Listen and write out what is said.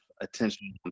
attention